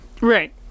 Right